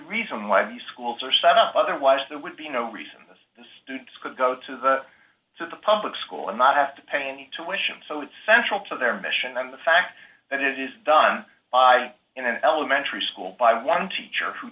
reason why the schools are set up otherwise there would be no reason those students could go to the to the public school and not have to pay any tuitions so it's central to their mission and the fact that it is done in an elementary school by one teacher who